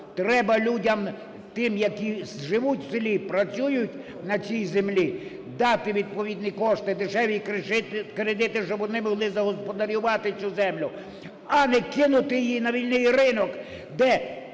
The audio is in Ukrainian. Треба людям тим, які живуть в селі, працюють на цій землі, дати відповідні кошти, дешеві кредити, щоб вони могли загосподарювати цю землю, а не кинути її на вільний ринок, де